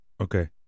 Okay